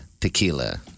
Tequila